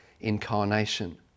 incarnation